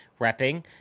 repping